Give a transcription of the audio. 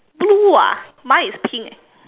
blue ah mine is pink eh